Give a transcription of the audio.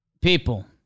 People